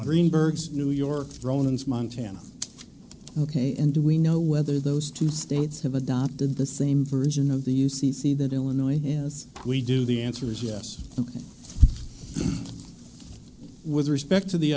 greenberg's new york thrown in as montana ok and do we know whether those two states have adopted the same version of the u c c that illinois is we do the answer is yes with respect to the